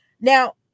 Now